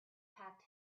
packed